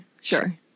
Sure